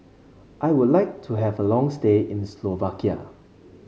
I would like to have a long stay in Slovakia